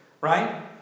Right